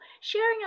Sharing